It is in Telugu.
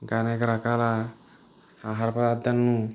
ఇంకా అనేక రకాల ఆహార పదార్ధాలను